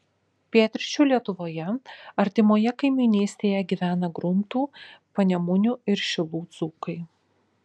pietryčių lietuvoje artimoje kaimynystėje gyvena gruntų panemunių ir šilų dzūkai